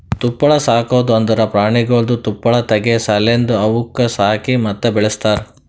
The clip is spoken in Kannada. ತುಪ್ಪಳ ಸಾಕದ್ ಅಂದುರ್ ಪ್ರಾಣಿಗೊಳ್ದು ತುಪ್ಪಳ ತೆಗೆ ಸಲೆಂದ್ ಅವುಕ್ ಸಾಕಿ ಮತ್ತ ಬೆಳಸ್ತಾರ್